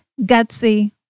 gutsy